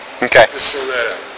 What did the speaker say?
Okay